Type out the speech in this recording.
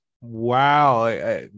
Wow